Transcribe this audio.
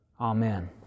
Amen